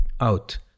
out